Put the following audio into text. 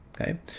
Okay